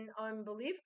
unbelief